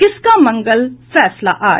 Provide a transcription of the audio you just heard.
किसका मंगल फैसला आज